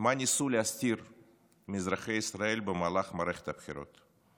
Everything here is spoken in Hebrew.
מה ניסו להסתיר מאזרחי ישראל במהלך מערכת הבחירות: